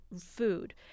food